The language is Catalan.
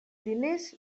diners